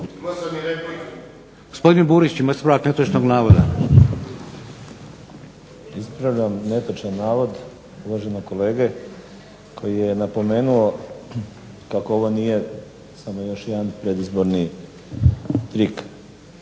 navoda. **Burić, Dinko (HDSSB)** Ispravljam netočan navod uvaženog kolege koji je napomenuo kako ovo nije samo još jedan predizborni trik